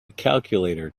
calculator